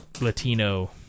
Latino